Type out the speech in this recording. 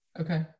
Okay